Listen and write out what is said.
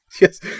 Yes